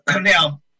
Now